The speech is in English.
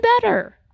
better